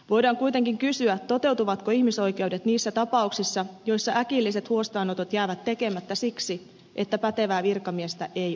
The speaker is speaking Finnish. voidaan kuitenkin kysyä toteutuvatko ihmisoikeudet niissä tapauksissa joissa äkilliset huostaanotot jäävät tekemättä siksi että pätevää virkamiestä ei ole